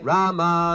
Rama